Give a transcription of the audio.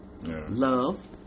love